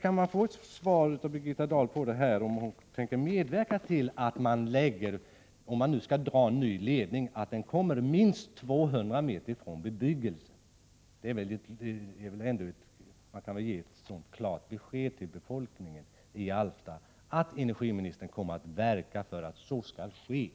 Kan jag få ett svar från Birgitta Dahl på detta, om hon tänker medverka till att man, om det nu skall dras en ny ledning, ser till att ledningen kommer att gå minst 200 meter från bebyggelsen? Energiministern kan väl ge ett sådant klart besked till befolkningen i Alfta, att energiministern skall verka för att ledningen